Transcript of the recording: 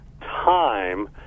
time